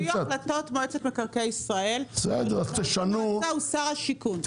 לפי החלטות מועצת מקרקעי ישראל ויושב ראש המועצה הוא שר השיכון.